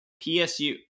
PSU